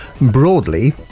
broadly